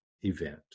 event